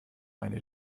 meine